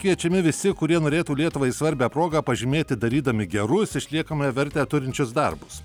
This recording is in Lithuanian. kviečiami visi kurie norėtų lietuvai svarbią progą pažymėti darydami gerus išliekamąją vertę turinčius darbus